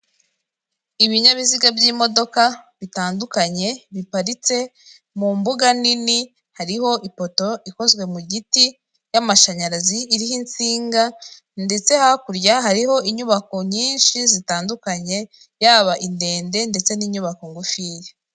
Ibinyabiziga by'imodoka bitandukanye biparitse mu mbuga nini, hariho ipoto ikozwe mu giti y'amashanyarazi iriho insinga ndetse hakurya hariho inyubako nyinshi zitandukanye yaba ndende ndetse n'inyubako ngufi ya.